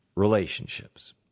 relationships